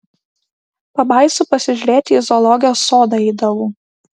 pabaisų pasižiūrėti į zoologijos sodą eidavau